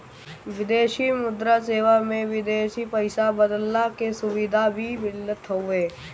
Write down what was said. विदेशी मुद्रा सेवा में विदेशी पईसा बदलला के सुविधा भी मिलत हवे